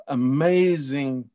amazing